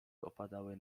opadały